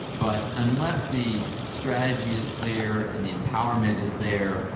but unless the strategy is clear and the empowerment is there,